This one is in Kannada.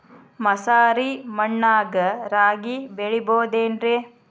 ಮಸಾರಿ ಮಣ್ಣಾಗ ರಾಗಿ ಬೆಳಿಬೊದೇನ್ರೇ?